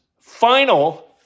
final